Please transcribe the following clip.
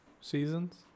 seasons